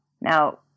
Now